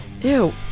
Ew